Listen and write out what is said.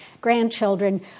grandchildren